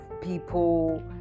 people